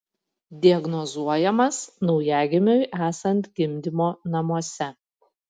diagnozuojamas naujagimiui esant gimdymo namuose